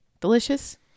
Delicious